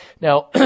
now